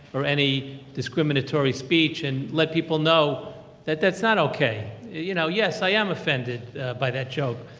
or any discriminatory speech, and let people know that that's not okay. you know, yes i am offended by that joke.